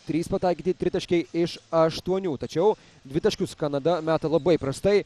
trys pataikyti tritaškiai iš aštuonių tačiau dvitaškius kanada meta labai prastai